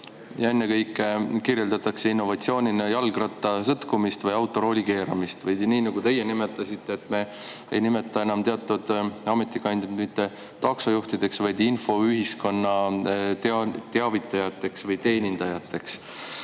ja ennekõike kirjeldatakse innovatsioonina jalgrattasõtkumist või autoroolikeeramist või nii nagu teie [ütlesite], et me ei nimeta enam teatud ameti kandjaid mitte taksojuhtideks, vaid infoühiskonna teavitajateks või teenindajateks.